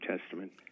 Testament